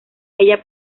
ella